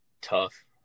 tough